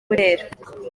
burera